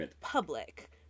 public